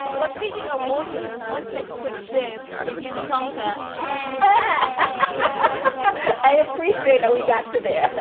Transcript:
well, speaking of waters, let's take a quick dip in minnetonka i i appreciate that we got to there.